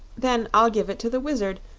then i'll give it to the wizard,